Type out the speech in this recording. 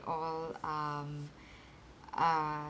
all um uh